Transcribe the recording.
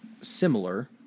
similar